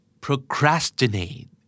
procrastinate